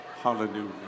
Hallelujah